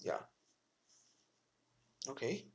ya okay